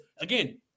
again